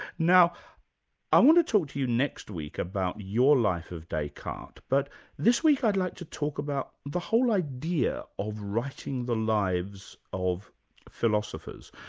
now i want to talk to you next week about your life of descartes, but this week i'd like to talk about the whole idea of writing the lives of philosophers.